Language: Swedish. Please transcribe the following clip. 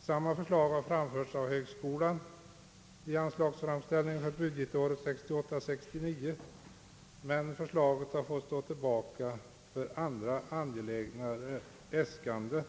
Samma förslag har framförts av högskolan i anslagsframställningen för budgetåret 1968/69. Förslaget har emellertid fått stå tillbaka för andra, mer angelägna äskanden,